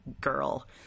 girl